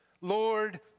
Lord